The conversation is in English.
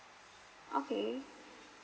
okay